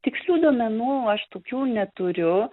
tikslių duomenų aš tokių neturiu